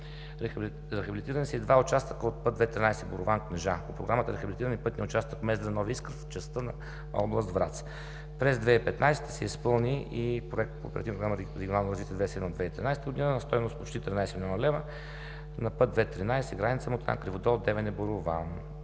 Рехабилитирани са и два участъка от път II-13 – Борован – Кнежа. По Програмата e рехабилитиран пътен участък Мездра – Нови Искър в частта на област Враца. През 2015 г. се изпълни и Проект по Оперативна програма „Регионално развитие 2007 - 2013 г.“ на стойност почти 13 млн. лв. на път II-13 граница на път Криводол – Девене – Борован.